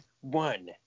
one